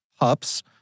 hubs